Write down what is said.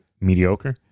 mediocre